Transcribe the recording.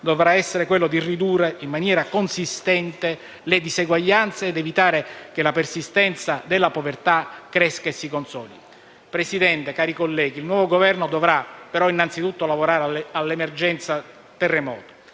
dovrà essere quella di ridurre in maniera consistente le diseguaglianze ed evitare che la persistenza della povertà cresca e si consolidi. Signor Presidente, cari colleghi, il nuovo Governo, però, dovrà innanzitutto lavorare all'emergenza terremoto